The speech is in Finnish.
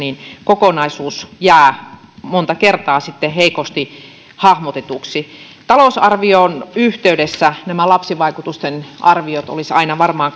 kokonaisuus jää monta kertaa heikosti hahmotetuksi talousarvion yhteydessä nämä lapsivaikutusten arviot olisi aina varmaan